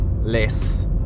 less